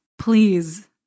please